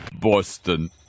Boston